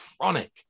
chronic